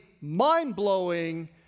mind-blowing